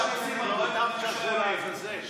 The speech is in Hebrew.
ואותם שלחו לעזאזל.